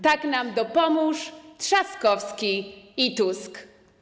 Tak nam dopomóż Trzaskowski i Tusk!